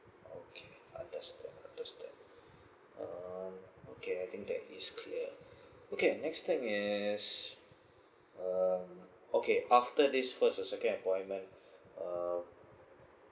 okay understand understood um okay I think that is clear okay the next thing is um okay after this first or second appointment um